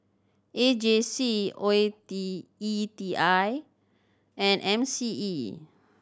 A J C O E T E T I and M C E